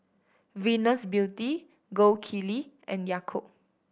Venus Beauty Gold Kili and Yakult